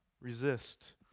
resist